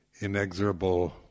inexorable